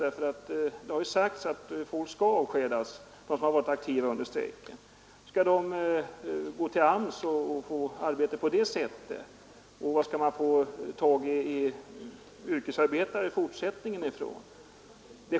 Det har ju sagts att de som varit aktiva under strejken skall avskedas. Skall de gå till AMS och få arbete på det sättet? Var skall man få tag på yrkesarbetare i fortsättningen?